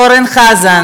חבר הכנסת אורן חזן,